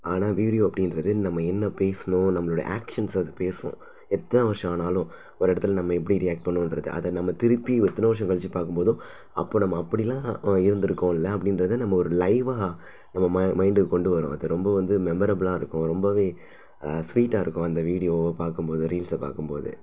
ஆனால் வீடியோ அப்படின்றது நம்ம என்ன பேசினோம் நம்மளோடய ஆக்ஷன்ஸ் அது பேசும் எத்தனை வருஷம் ஆனாலும் ஒரு இடத்துல நம்ம எப்படி ரியாக்ட் பண்ணிணோன்றத அதுஅ நம்ம திருப்பி எத்தனை வருஷம் கழிச்சி பார்க்கும் போதும் அப்போ நம்ம அப்படிலாம் இருந்துருக்கோல்லை அப்படின்றத நம்ம லைவாக நம்ம மை மைண்டுக்கு கொண்டு வரும் அது ரொம்ப வந்து மெமோரபிலாக இருக்கும் ரொம்பவே ஸ்வீட்டாக இருக்கும் அந்த வீடியோவை பார்க்கும் போதும் ரீல்ஸை பார்க்கும் போதும்